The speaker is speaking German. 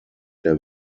der